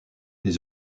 des